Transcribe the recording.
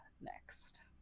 next